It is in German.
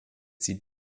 sie